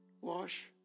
wash